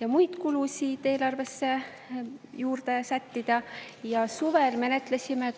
ja muid kulusid eelarvesse juurde sättida, ja suvel menetlesime